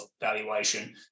valuation